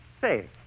Say